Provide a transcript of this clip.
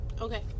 Okay